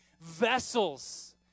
vessels